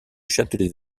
châtelet